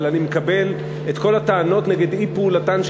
אבל אני מקבל את כל הטענות נגד אי-פעולתן של